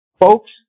Folks